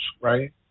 right